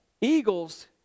eagles